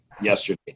yesterday